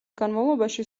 განმავლობაში